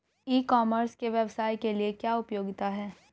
ई commerce के व्यवसाय के लिए क्या उपयोगिता है?